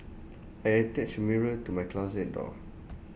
I attached A mirror to my closet door